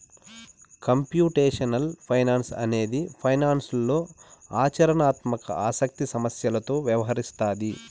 computational finance అనేది ఫైనాన్స్లో ఆచరణాత్మక ఆసక్తి సమస్యలతో వ్యవహరిస్తాది